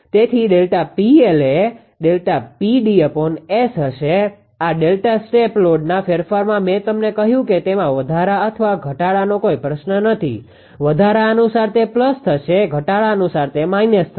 તેથી ΔPL એ ΔPd𝑆 હશે આ ડેલ્ટા સ્ટેપ લોડના ફેરફારમાં મે કહ્યું છે કે તેમાં વધારા અથવા ઘટાડાનો કોઈ પ્રશ્ન નથી વધારા અનુસાર તે પ્લસ થશે અને ઘટાડા અનુસાર તે માઈનસ થશે